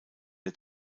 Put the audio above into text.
der